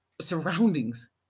surroundings